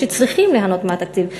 שצריכים ליהנות מהתקציב,